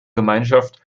gemeinschaft